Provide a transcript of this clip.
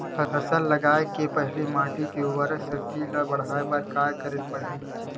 फसल लगाय के पहिली माटी के उरवरा शक्ति ल बढ़ाय बर का करेला पढ़ही?